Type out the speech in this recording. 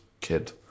kid